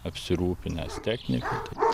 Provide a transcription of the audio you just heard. apsirūpinęs technika tai